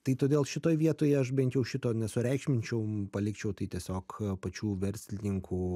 tai todėl šitoj vietoje aš bent jau šito nesureikšminčiau palikčiau tai tiesiog pačių verslininkų